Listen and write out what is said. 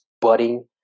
budding